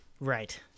Right